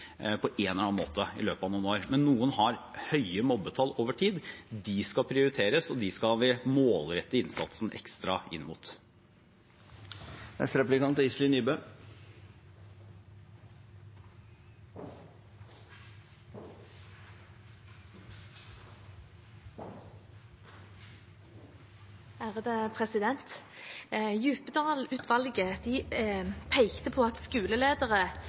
på en eller annen måte i løpet av noen år, men noen har høye mobbetall over tid – skal prioriteres, og dem skal vi målrette innsatsen ekstra inn mot. Djupedal-utvalget pekte på at skoleledere på skoler med høy grad av mobbing ikke anerkjenner på samme måte at